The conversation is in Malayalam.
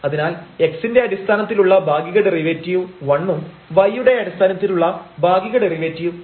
അതിനാൽ x ൻറെ അടിസ്ഥാനത്തിലുള്ള ഭാഗിക ഡെറിവേറ്റീവ് 1ഉം y യുടെ അടിസ്ഥാനത്തിലുള്ള ഭാഗിക ഡെറിവേറ്റീവ് 2 ഉം ആവും